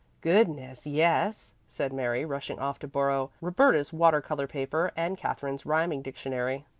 goodness, yes! said mary, rushing off to borrow roberta's water-color paper and katherine's rhyming dictionary.